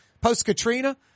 post-Katrina